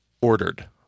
ordered